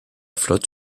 flotte